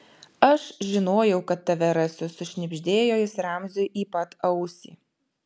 aš žinojau kad tave rasiu sušnibždėjo jis ramziui į pat ausį